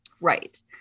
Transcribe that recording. Right